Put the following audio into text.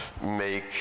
make